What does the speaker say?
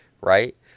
right